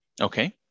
Okay